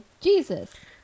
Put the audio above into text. Jesus